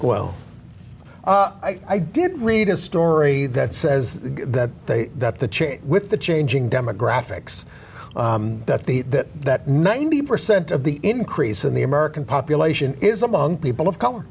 well i did read a story that says that they that the chair with the changing demographics that the that that ninety percent of the increase in the american population is among people of color